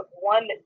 one